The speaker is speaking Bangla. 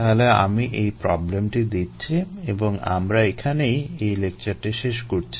তাহলে আমি এই প্রবলেমটি দিচ্ছি এবং আমরা এখানেই এই লেকচারটি শেষ করছি